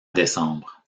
décembre